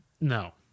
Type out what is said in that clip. no